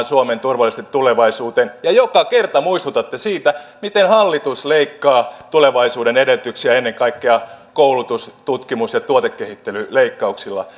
suomen turvallisesti tulevaisuuteen ja joka kerta muistutatte siitä miten hallitus leikkaa tulevaisuuden edellytyksiä ennen kaikkea koulutus tutkimus ja tuotekehittelyleikkauksilla